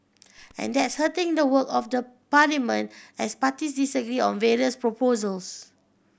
and that's hurting the work of the parliament as parties disagree on various proposals